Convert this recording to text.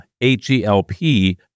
H-E-L-P